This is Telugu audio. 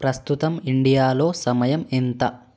ప్రస్తుతం ఇండియాలో సమయం ఎంత